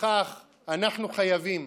לפיכך אנחנו חייבים